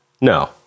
No